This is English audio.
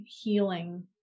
healing